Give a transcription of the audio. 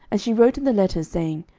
she wrote in the letters, saying,